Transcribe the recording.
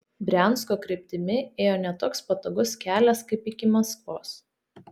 briansko kryptimi ėjo ne toks patogus kelias kaip iki maskvos